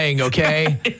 okay